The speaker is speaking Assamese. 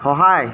সহায়